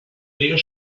río